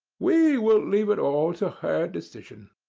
we will leave it all to her decision.